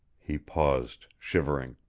he paused, shivering.